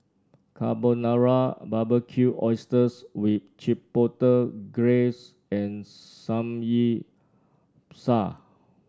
Carbonara Barbecued Oysters with Chipotle Glaze and Samgyeopsal